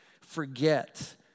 forget